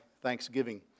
thanksgiving